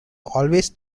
always